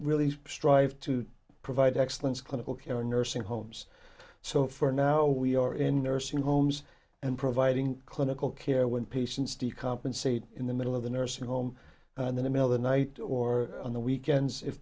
really strive to provide excellent clinical care nursing homes so for now we are in nursing homes and providing clinical care when patients to compensate in the middle of the nursing home and then the mill the night or on the weekends if